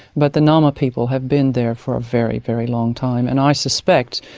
but the nama people have been there for a very, very long time, and i suspect,